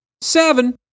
Seven